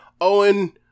Owen